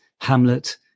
Hamlet